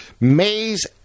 Mays